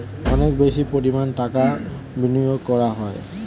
অনেক বেশি পরিমাণ টাকা বিনিয়োগ করা হয়